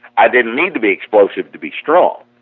i didn't need to be explosive to be strong,